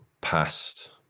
past